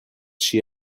she